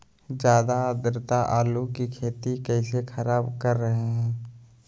ज्यादा आद्रता आलू की खेती कैसे खराब कर रहे हैं?